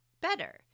better